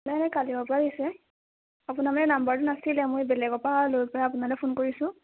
নাই নাই কালিৰপৰা হৈছে আপোনাৰ মানে নাম্বাৰটো নাছিলে মই এই বেলেগৰপৰা লৈ পেলাই আপোনালে ফোন কৰিছোঁ